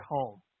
home